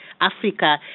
Africa